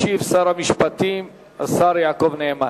ישיב שר המשפטים, השר יעקב נאמן.